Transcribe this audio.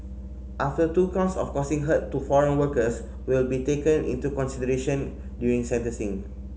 after two counts of causing hurt to foreign workers will be taken into consideration during sentencing